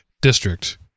district